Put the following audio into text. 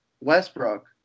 westbrook